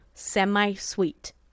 Semi-sweet